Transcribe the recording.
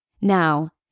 Now